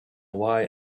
why